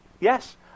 Yes